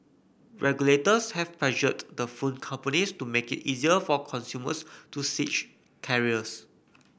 regulators have pressured the phone companies to make it easier for consumers to switch carriers